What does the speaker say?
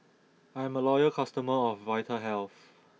I'm a loyal customer of Vitahealth